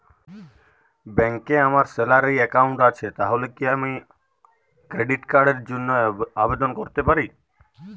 ব্যাংকে আমার salary account আছে তাহলে কি আমি ক্রেডিট কার্ড র জন্য আবেদন করতে পারি?